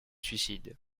suicide